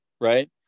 right